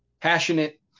passionate